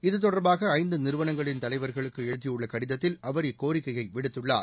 இது தொடர்பாக ஐந்து நிறுவனங்களின் தலைவர்களுக்கு எழுதியுள்ள கடிதத்தில் அவர் இக்கோரிக்கையை விடுத்துள்ளார்